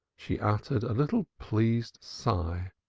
she uttered a little pleased sigh.